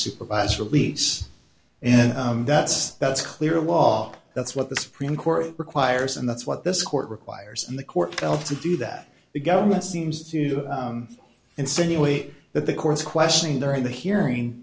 supervised release and that's that's clear law that's what the supreme court requires and that's what this court requires in the court well to do that the government seems to insinuate that the court's questioning during the hearing